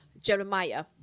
Jeremiah